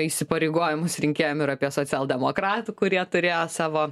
įsipareigojimus rinkėjam ir apie socialdemokratų kurie turėjo savo